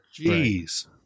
Jeez